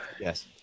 Yes